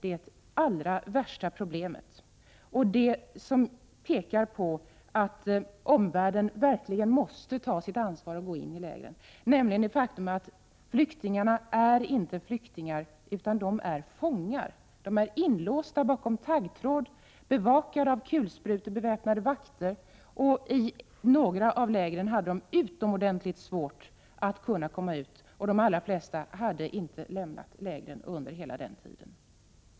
Det allra viktigaste problemet som jag vill peka på är att dessa människor inte är flyktingar utan fångar. De är inlåsta bakom taggtråd och bevakade av kulsprutebeväpnade vakter. Och i några av lägren hade människorna utomordentligt svårt att komma ut, och de allra flesta hade inte lämnat lägret under hela tiden.